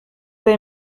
they